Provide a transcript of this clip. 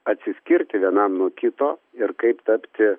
atsiskirti vienam nuo kito ir kaip tapti